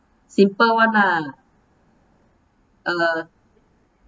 simple [one] lah uh